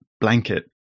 blanket